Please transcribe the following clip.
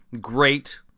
great